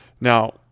Now